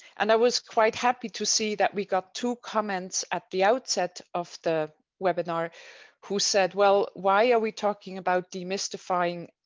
and i was quite happy to see that we got two comments at the outset of the webinar who said, well, why are we talking about demystifying